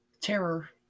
terror